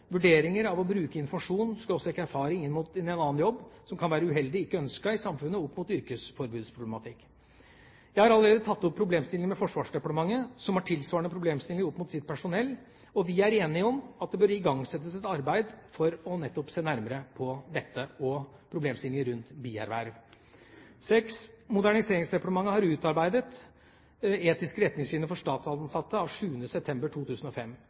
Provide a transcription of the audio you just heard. Vurderinger av å bruke informasjon/erfaring inn i en annen jobb kan være uheldig/ikke ønsket i samfunnet opp mot yrkesforbudsproblematikk. Jeg har allerede tatt opp problemstillinger med Forsvarsdepartementet, som har tilsvarende problemstillinger opp mot sitt personell, og vi er enige om at det bør igangsettes et arbeid for nettopp å se nærmere på dette og på problemstillinger rundt bierverv. Moderniseringsdepartementet har utarbeidet etiske retningslinjer for statsansatte av 7. september 2005.